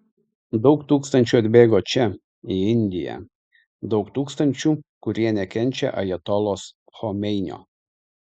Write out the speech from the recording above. daug tūkstančių atbėgo čia į indiją daug tūkstančių kurie nekenčia ajatolos chomeinio